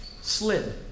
slid